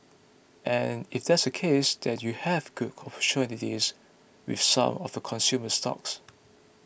and if that's the case that you have good opportunities with some of the consumer stocks